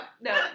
no